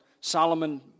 Solomon